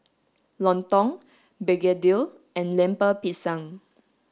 Lontong Begedil and Lemper Pisang